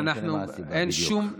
לא משנה מה הסיבה בדיוק וההצדקה.